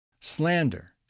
slander